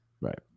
Right